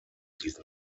diesen